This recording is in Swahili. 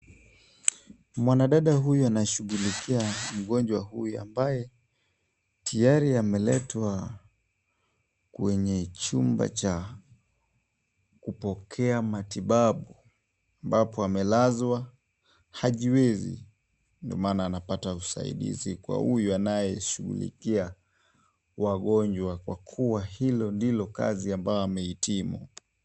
Mwanadada huyu anashughulikia mgonjwa huyu ambaye tiyari ameletwa kwenye chumba cha kupokea matibabu ambapo amelazwa hajiwezi ndio maana anapata usaidizi kwa huyu anayeshughulikia wagonjwa kwa kuwa hilo ndilo kazi ambayo amehitimu.